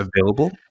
available